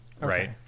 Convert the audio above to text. right